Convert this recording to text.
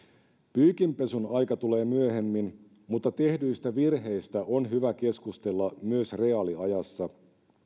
pyykinpesun aika tulee myöhemmin mutta tehdyistä virheistä on hyvä keskustella myös reaaliajassa